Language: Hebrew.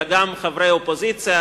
אלא גם חברי אופוזיציה,